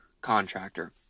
contractor